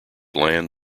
land